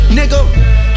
nigga